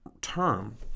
term